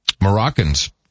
Moroccans